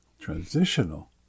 Transitional